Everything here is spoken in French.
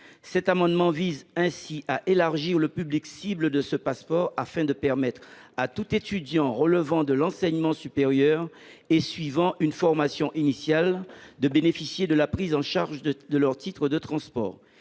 Cet amendement vise donc à élargir le public cible du passeport, afin de permettre à tout étudiant inscrit dans l’enseignement supérieur et suivant une formation initiale de bénéficier de la prise en charge de son titre de transport.